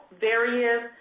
various